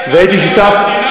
והייתי, מתי אתה,